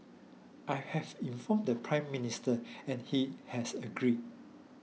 I have informed the Prime Minister and he has agreed